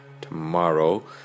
tomorrow